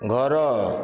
ଘର